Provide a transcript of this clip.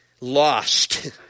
lost